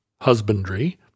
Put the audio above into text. husbandry